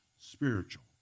spiritual